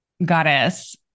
goddess